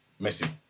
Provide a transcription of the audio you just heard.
Messi